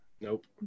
Nope